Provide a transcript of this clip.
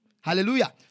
Hallelujah